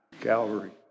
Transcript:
Calvary